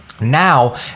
Now